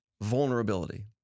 vulnerability